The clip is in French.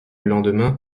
lendemain